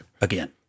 again